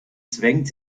zwängt